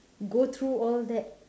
go through all that